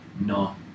No